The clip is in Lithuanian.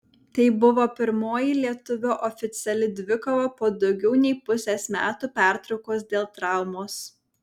tai buvo pirmoji lietuvio oficiali dvikova po daugiau nei pusės metų pertraukos dėl traumos